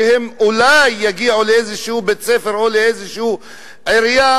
שאולי יגיעו לאיזה בית-ספר או לאיזו עירייה,